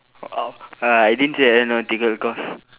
uh I didn't say aeronautical course